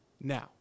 Now